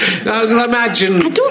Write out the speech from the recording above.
imagine